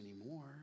anymore